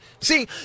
See